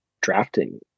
drafting